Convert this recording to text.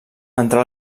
entrà